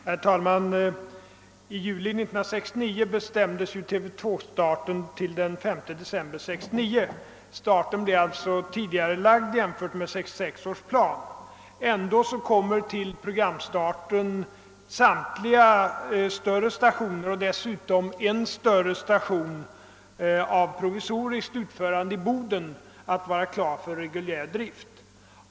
Herr talman! I juli 1969 bestämdes att TV 2-starten skulle förläggas till den 5 december 1969. Starten sker alltså tidigare än vad som förutsattes i 1966 års plan. Trots detta kommer samtliga större stationer, inklusive en provisorisk station i Boden, att vara klara för reguljär drift till programstarten.